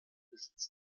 besitz